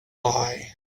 lie